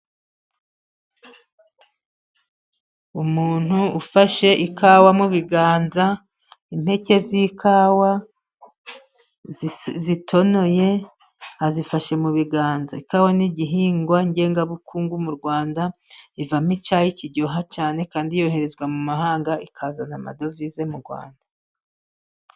Umuntu ufashe ikawa mu biganza. Impeke z'ikawa zitonoye azifashe mu biganza. Ikawa ni igihingwa ngengabukungu, mu Rwanda ivamo icyayi kiryoha cyane kandi yoherezwa mu mahanga, ikazana amadovize mu Rwanda.